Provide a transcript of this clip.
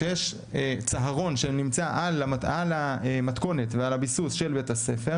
כשיש צהרון שנמצא על המתכונת ועל הביסוס של בית הספר,